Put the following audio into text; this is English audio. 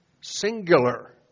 Singular